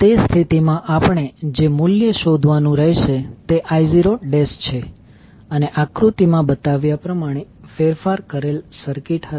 તો તે સ્થિતિમાં આપણે જે મૂલ્ય શોધવાનું રહેશે તે I0 છે અને આકૃતિમાં બતાવ્યા પ્રમાણે ફેરફાર કરેલ સર્કિટ હશે